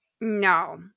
No